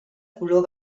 color